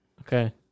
Okay